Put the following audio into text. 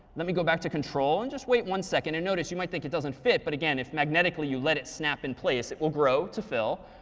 let me go back to control and just wait one second. and notice, you might think it doesn't fit, but again if magnetically you let it snap in place, it will grow to fill.